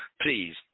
Please